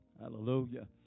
hallelujah